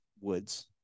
Woods